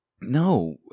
No